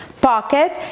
pocket